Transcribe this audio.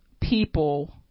people